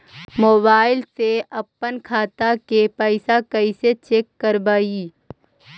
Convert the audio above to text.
Mobile से अपन खाता के पैसा कैसे चेक करबई?